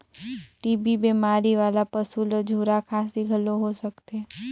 TB बेमारी वाला पसू ल झूरा खांसी घलो हो सकथे